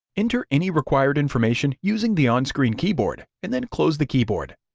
enter any required information using the on-screen keyboard, and then close the keyboard.